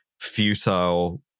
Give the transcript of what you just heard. futile